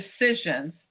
decisions